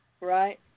right